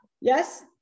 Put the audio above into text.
yes